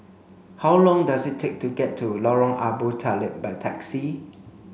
how long does it take to get to Lorong Abu Talib by taxi